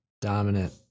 dominant